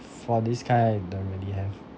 for this kind I don't really have